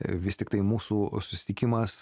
vis tiktai mūsų susitikimas